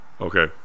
Okay